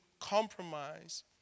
compromise